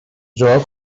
جاها